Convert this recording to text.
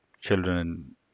children